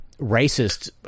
racists